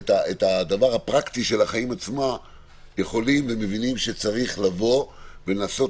הפרקטיות של החיים עצמם יכולים ומבינים שצריך לנסות